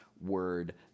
word